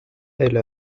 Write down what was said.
elle